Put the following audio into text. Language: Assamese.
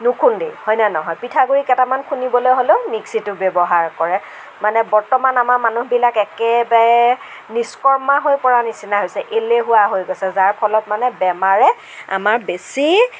নুখুন্দেই হয় নে নহয় পিঠাগুৰি কেইটামান খুন্দিবলৈ হ'লে মিক্সীটো ব্য়ৱহাৰ কৰে মানে বৰ্তমান আমাৰ মানুহবিলাক একেবাৰে নিষ্কৰ্মা হৈ পৰাৰ নিচিনা হৈছে এলেহুৱা হৈ গৈছে যাৰ ফলত মানে বেমাৰে আমাৰ বেছি